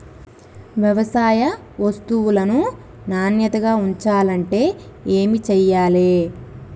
వ్యవసాయ వస్తువులను నాణ్యతగా ఉంచాలంటే ఏమి చెయ్యాలే?